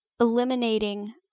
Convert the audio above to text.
eliminating